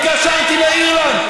התקשרתי לאירלנד,